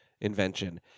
invention